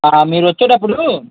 మీరు వచ్చేటప్పుడు